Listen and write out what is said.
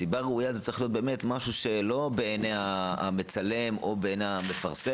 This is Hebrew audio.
סיבה ראויה זה צריך להיות באמת משהו שלא בעיני המצלם או בעיני המפרסם,